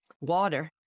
Water